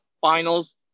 Finals